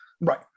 Right